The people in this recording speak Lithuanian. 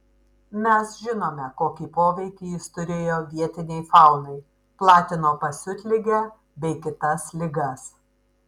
mes žinome kokį poveikį jis turėjo vietinei faunai platino pasiutligę bei kitas ligas